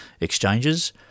exchanges